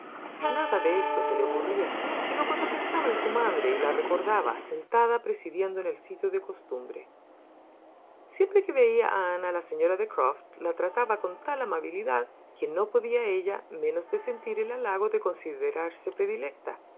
nada de esto se le ocurría sino cuando pensaba en su madre y la recordaba sentada presidiendo en el fitio de costumbre siempre que veía a ana la señora de croft la trataba con tal amabilidad que no podía ella menos de sentir el halago de considerarse predilecta